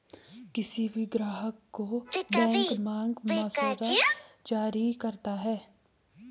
किसी भी ग्राहक को बैंक मांग मसौदा जारी करता है